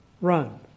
run